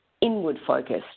inward-focused